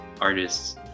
artists